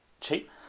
cheap